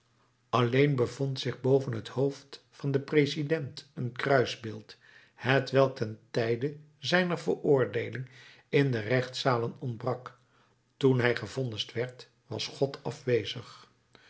alleen bevond zich boven het hoofd van den president een kruisbeeld hetwelk ten tijde zijner veroordeeling in de rechtszalen ontbrak toen hij gevonnist werd was god afwezig